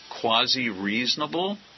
quasi-reasonable